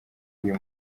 uyu